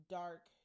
dark